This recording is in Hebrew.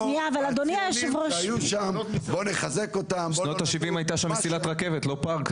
בשנות ה-70' הייתה שם מסילת רכבת לא פארק,